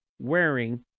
wearing